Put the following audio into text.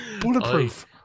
bulletproof